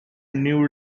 new